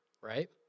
right